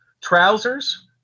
trousers